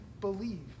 believe